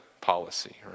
policy